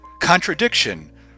Contradiction